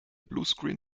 bluescreen